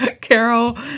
Carol